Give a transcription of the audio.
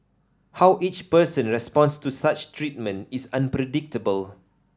how each person responds to such treatment is unpredictable